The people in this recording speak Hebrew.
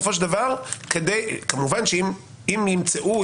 כמובן אם ימצאו,